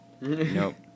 Nope